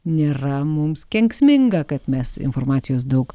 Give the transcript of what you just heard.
nėra mums kenksminga kad mes informacijos daug